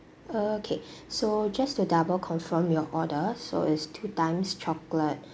okay so just to double confirm your order so is two times chocolate